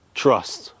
trust